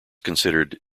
considered